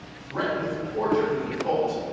threat'neth torture for the default.